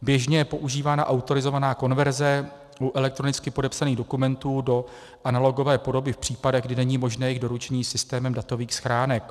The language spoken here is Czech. Běžně je používána autorizovaná konverze u elektronicky podepsaných dokumentů do analogové podoby v případech, kdy není možné jejich doručení systémem datových schránek.